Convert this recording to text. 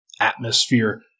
atmosphere